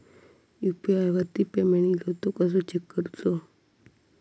UPI वरती payment इलो तो कसो चेक करुचो?